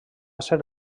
ser